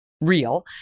real